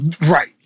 right